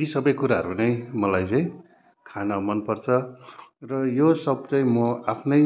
यी सबै कुराहरू नै मलाई चै खान मन पर्छ र यो सब चाहिँ म आफ्नै